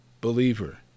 believer